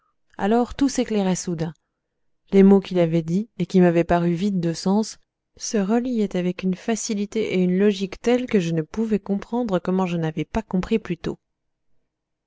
alors tout s'éclairait soudain les mots qu'il avait dits et qui m'avaient paru vides de sens se reliaient avec une facilité et une logique telles que je ne pouvais comprendre comment je n'avais pas compris plus